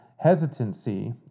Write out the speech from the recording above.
Hesitancy